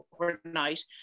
overnight